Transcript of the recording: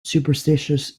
superstitious